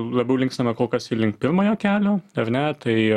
labiau linkstame kol kas į link pirmojo kelio ar ne tai